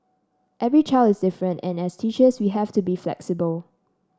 every child is different and as teachers we have to be flexible